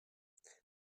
their